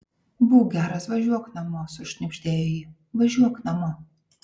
būk geras važiuok namo sušnibždėjo ji važiuok namo